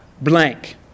blank